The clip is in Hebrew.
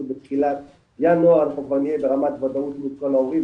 בתחילת ינואר אנחנו נהיה ברמת וודאות מול ההורים,